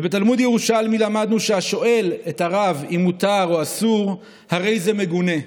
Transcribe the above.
ובתלמוד ירושלמי למדנו שהשואל את הרב אם מותר או אסור הרי זה מגונה,